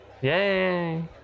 Yay